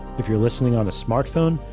if you're listening on a smartphone,